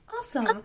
Awesome